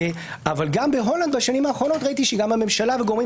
גם בהולנד בשנים האחרונות ראיתי שגם בממשלה וגורמים